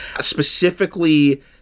Specifically